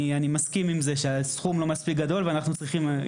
אני מסכים עם זה שהסכום לא מספיק גדול ואנחנו צריכים,